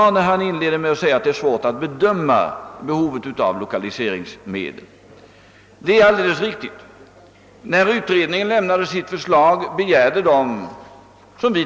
Herr talman! Jag har inget yrkande.